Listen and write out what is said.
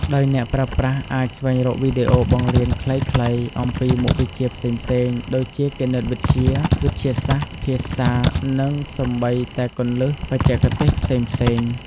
ដោយអ្នកប្រើប្រាស់អាចស្វែងរកវីដេអូបង្រៀនខ្លីៗអំពីមុខវិជ្ជាផ្សេងៗ ដូចជាគណិតវិទ្យា វិទ្យាសាស្ត្រ ភាសា និងសូម្បីតែគន្លឹះបច្ចេកទេសផ្សេងៗ។